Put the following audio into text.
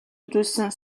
үзүүлсэн